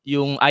Yung